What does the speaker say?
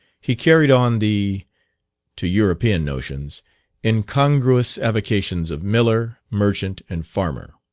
he carried on the to european notions incongruous avocations of miller, merchant, and farmer.